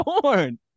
born